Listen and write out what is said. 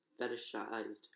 fetishized